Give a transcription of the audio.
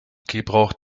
gebrauch